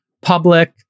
public